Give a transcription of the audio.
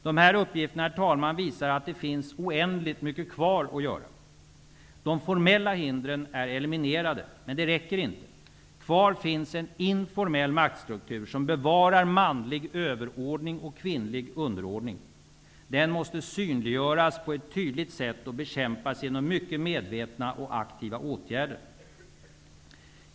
De här uppgifterna visar att det finns oändligt mycket kvar att göra. De formella hindren är eliminerade. Men det räcker inte. Kvar finns en informell maktstruktur som bevarar manlig överordning och kvinnlig underordning. Den måste synliggöras på ett tydligt sätt och bekämpas genom mycket medvetna och aktiva åtgärder.